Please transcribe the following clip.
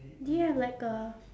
do you have like a